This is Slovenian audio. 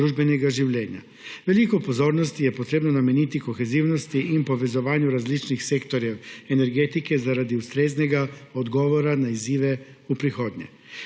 družbenega življenja. Veliko pozornosti je potrebno nameniti kohezivnosti in povezovanju različnih sektorjev energetike zaradi ustreznega odgovora na izzive v prihodnje.